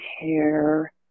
hair